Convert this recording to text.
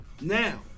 Now